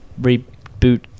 Reboot